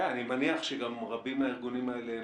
אני מניח שרבים מן הארגונים האלה,